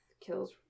kills